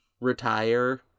Retire